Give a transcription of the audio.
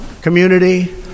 community